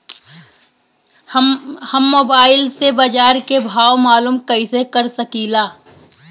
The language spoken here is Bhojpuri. हम मोबाइल से बाजार के भाव मालूम कइसे कर सकीला?